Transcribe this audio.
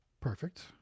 Perfect